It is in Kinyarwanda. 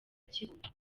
kibungo